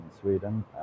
Sweden